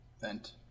vent